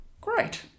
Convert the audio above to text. great